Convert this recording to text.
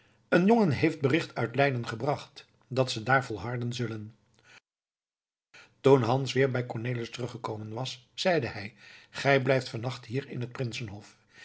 een jongen heeft bericht uit leiden gebracht dat ze daar volharden zullen toen hans weer bij cornelis teruggekomen was zeide hij gij blijft vannacht hier in het prinsenhof